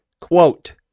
Quote